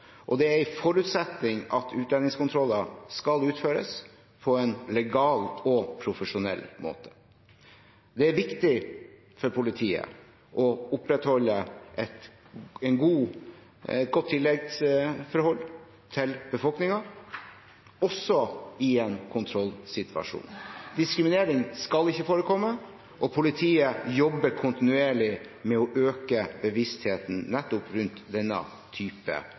og forsvarlig, og det er en forutsetning at utlendingskontroller skal utføres på en legal og profesjonell måte. Det er viktig for politiet å opprettholde et godt tillitsforhold til befolkningen også i en kontrollsituasjon. Diskriminering skal ikke forekomme, og politiet jobber kontinuerlig med å øke bevisstheten rundt nettopp denne